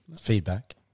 Feedback